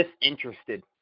disinterested